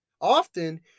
often